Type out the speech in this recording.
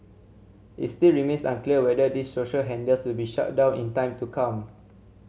it still remains unclear whether these social handles will be shut down in time to come